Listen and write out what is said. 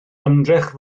ymdrech